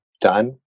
done